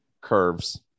curves